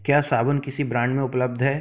क्या साबुन किसी ब्रांड में उपलब्ध है